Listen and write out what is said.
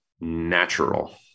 natural